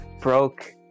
Broke